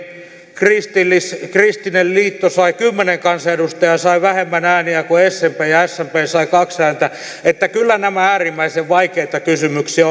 kristillinen kristillinen liitto sai kymmenen kansanedustajaa sai vähemmän ääniä kuin smp ja smp sai kaksi edustajaa kyllä nämä äärimmäisen vaikeita kysymyksiä